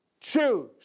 choose